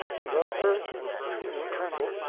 and though earth and sea may tremble,